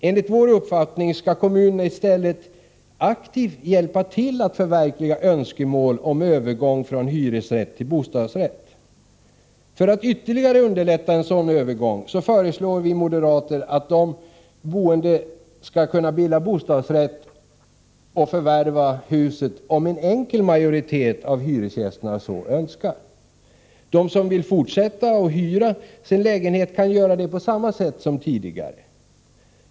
Enligt vår uppfattning skall kommunerna i stället aktivt hjälpa till att förverkliga önskemål om övergång från hyresrätt till bostadsrätt. För att ytterligare underlätta en sådan övergång föreslår vi moderater att de boende skall kunna bilda bostadsrättsförening och förvärva det hus de bor i om en enkel majoritet av hyresgästerna så önskar. De som vill fortsätta att hyra sin lägenhet kan göra det på samma sätt som tidigare.